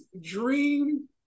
dream